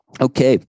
Okay